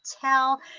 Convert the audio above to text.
tell